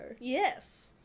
Yes